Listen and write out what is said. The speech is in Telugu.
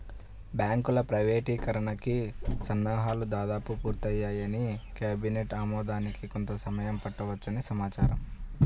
బ్యాంకుల ప్రైవేటీకరణకి సన్నాహాలు దాదాపు పూర్తయ్యాయని, కేబినెట్ ఆమోదానికి కొంత సమయం పట్టవచ్చని సమాచారం